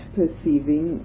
perceiving